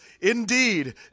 indeed